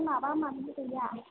माबा माबि गैया